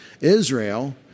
Israel